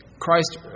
Christ